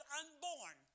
unborn